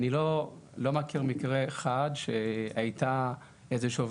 אני לא מכיר מקרה אחד שהייתה איזו שהיא